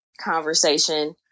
conversation